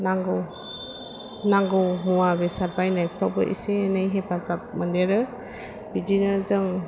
नांगौ नांगौ मुवा बेसाद बायनायफ्रावबो एसे एनै हेफाजाब मोनदेरो बिदिनो जों